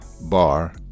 bar